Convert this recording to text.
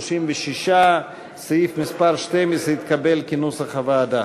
36. סעיף מס' 12 התקבל כנוסח הוועדה.